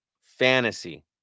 fantasy